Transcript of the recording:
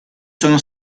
sono